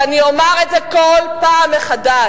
ואני אומר את זה כל פעם מחדש: